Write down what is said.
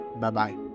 Bye-bye